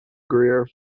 greer